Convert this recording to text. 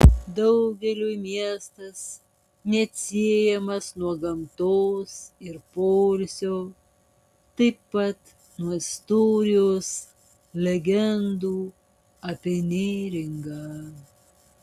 daugeliui miestas neatsiejamas nuo gamtos ir poilsio taip pat nuo istorijos legendų apie neringą